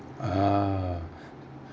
ah